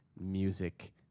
music-